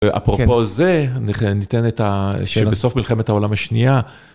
אפרופו זה, ניתן את ה... שבסוף מלחמת העולם השנייה...